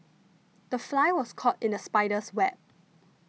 the fly was caught in the spider's web